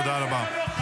תודה רבה.